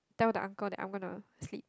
tell that uncle that I'm gonna sleep